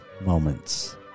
moments